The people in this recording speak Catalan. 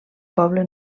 poble